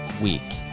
week